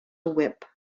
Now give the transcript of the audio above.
whip